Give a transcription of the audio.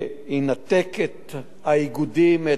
וישים את המערך הזה,